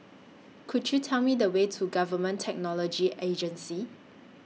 Could YOU Tell Me The Way to Government Technology Agency